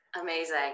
amazing